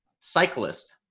Cyclist